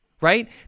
right